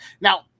Now